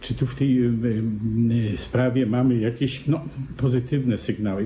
Czy w tej sprawie mamy jakieś pozytywne sygnały?